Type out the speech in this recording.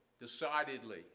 decidedly